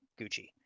Gucci